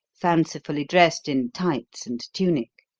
fancifully dressed in tights and tunic.